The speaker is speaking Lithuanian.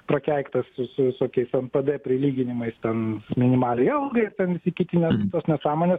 prakeiktas su su visokiais npd prilyginimais ten minimaliai algai ir ten įsitikinęs tos nesąmonės